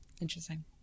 Interesting